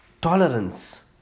tolerance